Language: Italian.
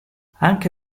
anche